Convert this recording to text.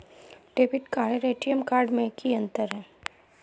Debit card आर ATM card में की अंतर है?